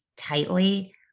Tightly